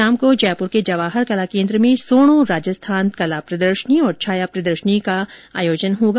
शाम को जयपुर के जवाहर कला केन्द्र में सोणो राजस्थान कला प्रदर्शनी और छाया प्रदर्शनी का आयोजन किया जाएगा